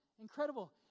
Incredible